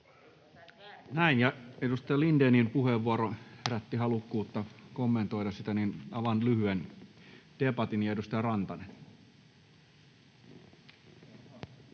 kun edustaja Lindénin puheenvuoro herätti halukkuutta kommentoida sitä, niin avaan lyhyen debatin. — Edustaja Rantanen.